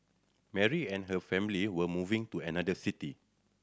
Mary and her family were moving to another city